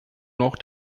noch